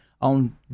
on